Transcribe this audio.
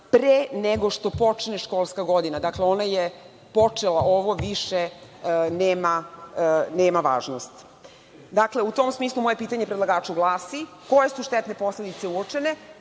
pre nego što počne školska godina. Ona je počela. Ovo više nema važnosti.U tom smislu moje pitanje predlagaču glasi – koje su štetne posledice uočene,